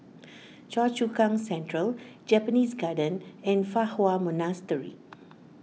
Choa Chu Kang Central Japanese Garden and Fa Hua Monastery